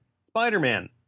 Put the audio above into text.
Spider-Man